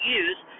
use